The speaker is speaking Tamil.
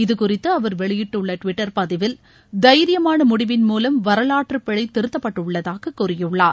இது குறித்து அவர் வெளியிட்டுள்ள டுவிட்டர் பதிவில் தைரியமான முடிவின் மூலம் வரவாற்று பிழை திருத்தப்பட்டுள்ளதாக கூறியுள்ளார்